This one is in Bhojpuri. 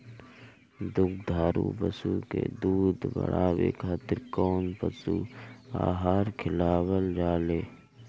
दुग्धारू पशु के दुध बढ़ावे खातिर कौन पशु आहार खिलावल जाले?